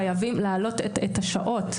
חייבים להעלות את השעות.